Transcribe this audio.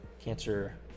cancer